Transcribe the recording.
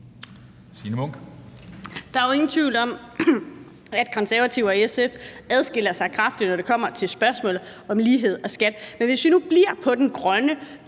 Der er jo ingen tvivl om, at Konservative og SF adskiller sig kraftigt, når det kommer til spørgsmålet om lighed og skat, men hvis vi nu bliver på den grønne